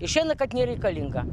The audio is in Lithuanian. išeina kad nereikalinga